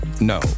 no